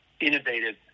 innovative